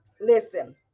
Listen